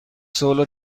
solo